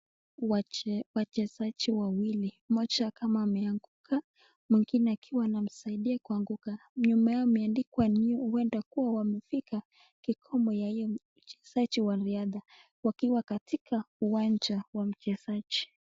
Wachezaji wawili moja ni kama ameanguka mwingine anasaidia kuanguka nyuma ya imeandikwa uenda wamefika kikomo yahiyo wachezaji riadha wakiwa katika uanjani kucheza.